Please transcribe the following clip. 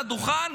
לדוכן,